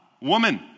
woman